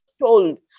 told